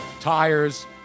tires